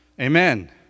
amen